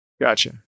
Gotcha